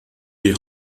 die